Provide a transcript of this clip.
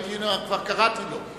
כבר קראתי לו.